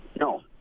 No